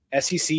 SEC